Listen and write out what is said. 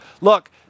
Look